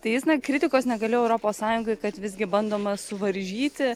tai jis na kritikos negailėjo europos sąjungai kad visgi bandoma suvaržyti